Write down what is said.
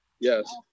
Yes